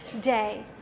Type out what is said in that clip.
day